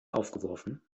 aufgeworfen